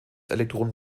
elektron